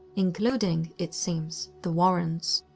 including, it seems, the warrens.